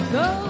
go